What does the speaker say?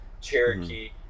Cherokee